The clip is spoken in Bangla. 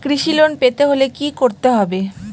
কৃষি লোন পেতে হলে কি করতে হবে?